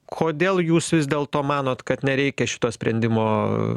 kodėl jūs vis dėlto manot kad nereikia šito sprendimo